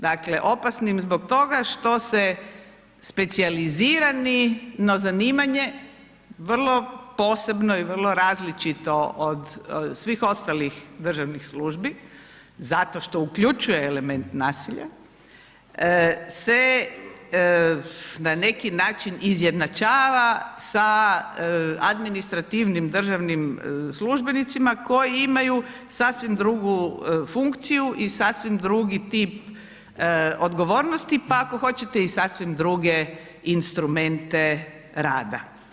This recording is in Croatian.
Dakle, opasnim zbog toga što se specijalizirano zanimanje vrlo posebno i vrlo različito od svih ostalih državnih službi zato što uključuje element nasilja se na neki način izjednačava sa administrativnim državnim službenicima koji imaju sasvim drugu funkciju i sasvim drugi tip odgovornosti, pa ako hoćete i sasvim druge instrumente rada.